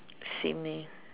same eh